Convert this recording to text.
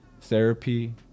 therapy